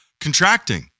contracting